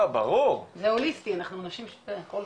זה הוליסטי --- זה ברור.